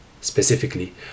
specifically